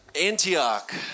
Antioch